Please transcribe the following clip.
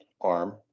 arm